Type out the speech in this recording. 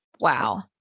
Wow